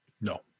No